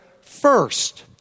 first